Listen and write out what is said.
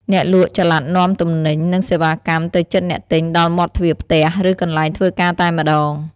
អ្នកលក់ចល័តនាំទំនិញ និងសេវាកម្មទៅជិតអ្នកទិញដល់មាត់ទ្វារផ្ទះ ឬកន្លែងធ្វើការតែម្តង។